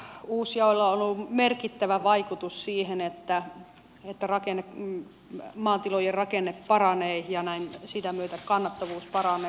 uusjaolla on ollut merkittävä vaikutus siihen että maatilojen rakenne paranee ja sitä myötä kannattavuus paranee